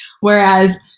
Whereas